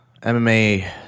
MMA